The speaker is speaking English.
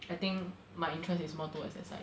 I think my interest is more towards that side